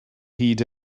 hyd